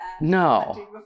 No